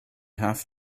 have